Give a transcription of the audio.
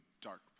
dark